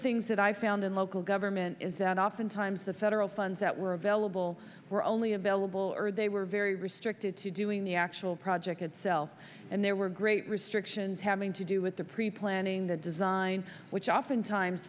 things that i found in local government is that oftentimes the federal funds that were available were only available or they were very restricted to doing the actual project itself and there were great restrictions having to do with the pre planning the design which often times